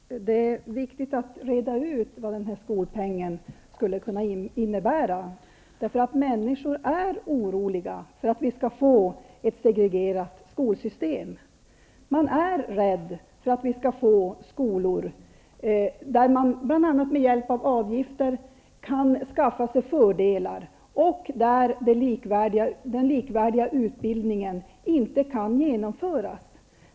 Herr talman! Det är viktigt att reda ut vad skolpengen skulle kunna innebära. Människor är oroliga för att skolsystemet skall bli segregerat. De är rädda för att få skolor där man, bl.a. med hjälp av avgifter, kan skaffa sig fördelar och där den likvärdiga utbildningen inte kan genomföras.